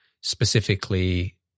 specifically